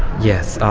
yes.